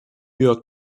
york